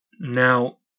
Now